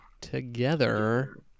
together